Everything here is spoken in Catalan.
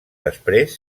després